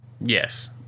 Yes